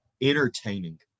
entertaining